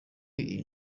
iyi